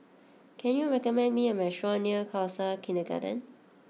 can you recommend me a restaurant near Khalsa Kindergarten